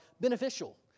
beneficial